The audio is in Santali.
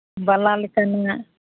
ᱵᱟᱞᱟ ᱞᱮᱠᱟᱱ ᱧᱚᱜ